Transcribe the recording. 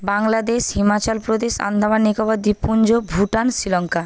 বাংলাদেশ হিমাচল প্রদেশ আন্দামান নিকোবর দ্বীপপুঞ্জ ভুটান শ্রীলঙ্কা